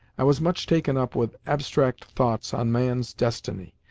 i was much taken up with abstract thoughts on man's destiny,